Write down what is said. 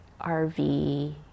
RV